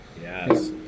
Yes